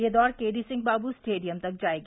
यह दौड़ के डी सिंह बाबू स्टेडियम तक जायेगी